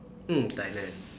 mm Thailand